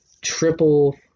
triple